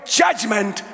judgment